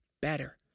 better